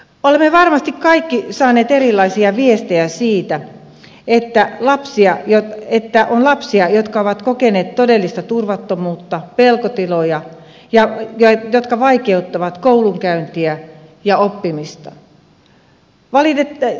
olemme varmasti kaikki saanet erilaisia viestejä siitä että on lapsia jotka ovat kokeneet todellista turvattomuutta pelkotiloja jotka vaikeuttavat koulunkäyntiä ja oppimista